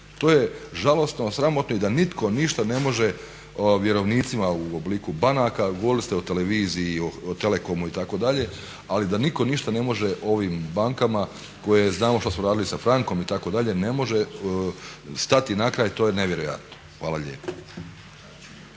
To je žalosno, sramotno i da nitko ništa ne može vjerovnicima u obliku banaka, a govorili ste o televiziji i o telekomu itd. ali da niko ništa ne može ovim bankama koje znamo što su radile sa frankom itd. ne može stati na kraj, to je nevjerojatno. Hvala lijepo.